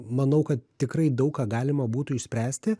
manau kad tikrai daug ką galima būtų išspręsti